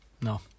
No